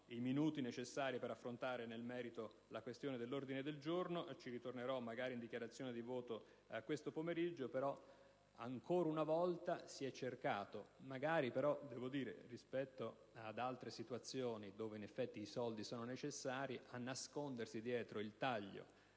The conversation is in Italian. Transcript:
i minuti necessari per affrontare nel merito la questione dell'ordine del giorno, ci tornerò magari in sede di dichiarazione di voto questo pomeriggio. Ancora una volta, però, magari rispetto ad altre situazioni dove in effetti i soldi sono necessari, si è cercato di nascondersi dietro il taglio